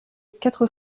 quatre